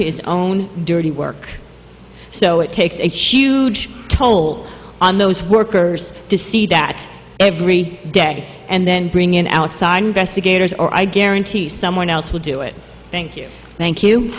his own dirty work so it takes a huge toll on those workers to see that every day and then bring in outside investigators or i guarantee someone else will do it thank you thank you